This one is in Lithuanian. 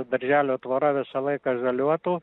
darželio tvora visą laiką žaliuotų